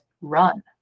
Run